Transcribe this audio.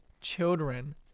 children